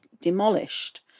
demolished